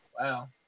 Wow